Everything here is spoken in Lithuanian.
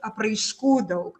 apraiškų daug